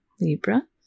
Libra